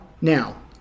Now